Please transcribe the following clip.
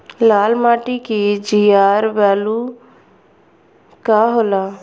लाल माटी के GR value का होला?